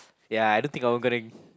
ya I don't think I'm gonna